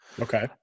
Okay